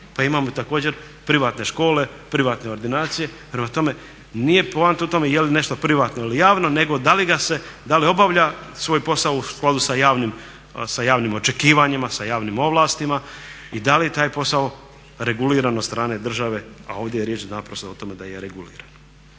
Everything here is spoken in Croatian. pa imamo također privatne škole, privatne ordinacije. Prema tome, nije poanta u tome je li nešto privatno ili javno nego da li obavlja svoj posao u skladu sa javnim očekivanjima, sa javnim ovlastima i da li je taj posao reguliran od strane države, a ovdje je riječ naprosto o tome da je reguliran.